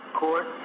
court